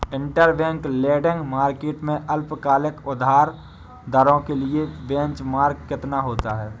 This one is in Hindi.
इंटरबैंक लेंडिंग मार्केट में अल्पकालिक उधार दरों के लिए बेंचमार्क कितना होता है?